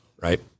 Right